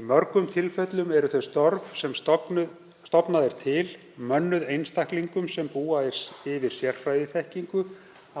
Í mörgum tilfellum eru þau störf sem stofnað er til mönnuð einstaklingum sem búa yfir sérfræðiþekkingu